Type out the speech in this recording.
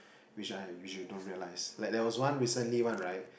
which I which you don't realise like there was one recently one right